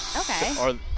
Okay